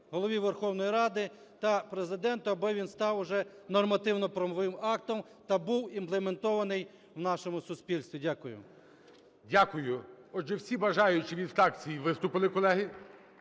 Голові Верховної Ради та Президенту, аби він став уже нормативно-правовим актом та був імплементований в нашому суспільстві. Дякую. ГОЛОВУЮЧИЙ. Дякую. Отже, всі бажаючі від фракцій виступили, колеги.